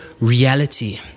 reality